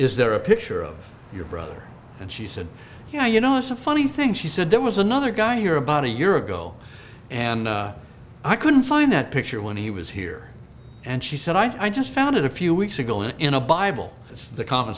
is there a picture of your brother and she said yeah you know it's a funny thing she said there was another guy here about a year ago and i couldn't find that picture when he was here and she said i just found it a few weeks ago in a bible is the common